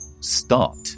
start